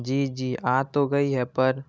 جی جی آ تو گئی ہے پر